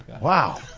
Wow